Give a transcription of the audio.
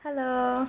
hello